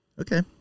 Okay